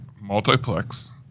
multiplex